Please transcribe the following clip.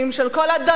של כל הדנונים,